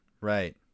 right